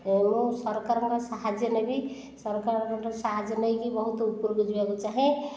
ମୁଁ ସରକାରଙ୍କ ସାହାଯ୍ୟ ନେବି ସରକାରଙ୍କ ଠାରୁ ସାହାଯ୍ୟ ନେଇକି ବହୁତ ଉପରକୁ ଯିବାକୁ ଚାହେଁ